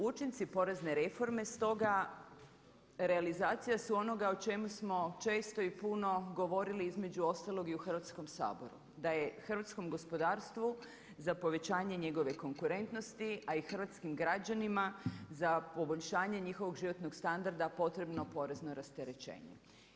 Učinci porezne reforme stoga realizacija su onoga o čemu smo često i puno govorili između ostalog i u Hrvatskom saboru, da je hrvatskom gospodarstvu za povećanje njegove konkurentnosti, a i hrvatskim građanima za poboljšanje njihovog životnog standarda potrebno porezno rasterećenje.